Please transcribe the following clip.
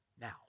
now